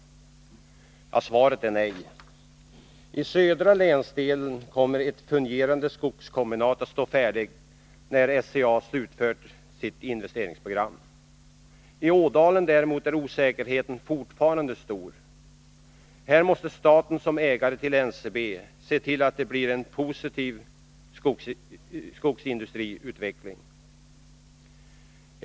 Svaret är nej! I den södra länsdelen kommer ett fungerande skogskombinat att stå färdigt när SCA har slutfört sitt investeringsprogram. I Ådalen däremot är osäkerheten fortfarandet stor. Här måste staten som ägare till NCB se till att det blir en positiv skogsindustriell utveckling.